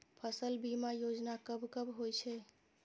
फसल बीमा योजना कब कब होय छै?